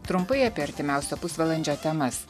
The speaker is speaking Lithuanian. trumpai apie artimiausio pusvalandžio temas